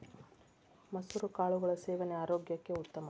ಮಸುರ ಕಾಳುಗಳ ಸೇವನೆ ಆರೋಗ್ಯಕ್ಕೆ ಉತ್ತಮ